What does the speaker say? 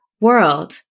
world